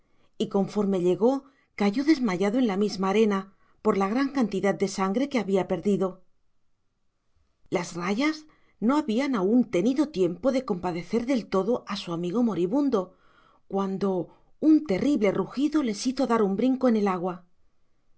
y conforme llegó cayó desmayado en la misma arena por la gran cantidad de sangre que había perdido las rayas no habían aún tenido tiempo de compadecer del todo a su amigo moribundo cuando un terrible rugido les hizo dar un brinco en el agua